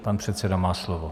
Pan předseda má slovo.